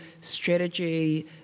strategy